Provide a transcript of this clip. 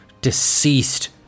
deceased